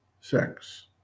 Sex